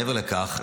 מעבר לכך,